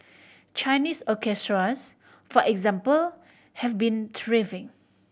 Chinese orchestras for example have been thriving